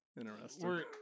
Interesting